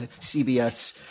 CBS